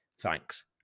Thanks